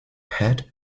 head